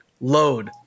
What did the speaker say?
Load